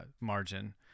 margin